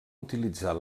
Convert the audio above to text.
utilitzar